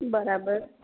બરાબર